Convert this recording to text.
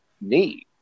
need